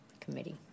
Committee